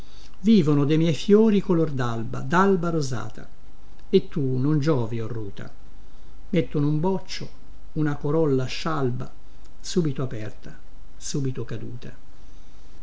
vivono de miei fiori color dalba dalba rosata e tu non giovi o ruta mettono un boccio una corolla scialba subito aperta subito caduta